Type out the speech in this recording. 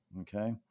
Okay